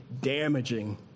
damaging